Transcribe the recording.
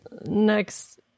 Next